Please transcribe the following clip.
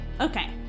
Okay